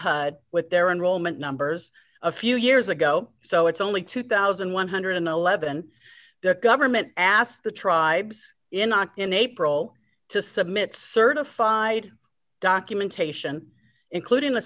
with their enrollment numbers a few years ago so it's only two thousand one hundred and eleven dollars the government asked the tribes in not in april to submit certified documentation including the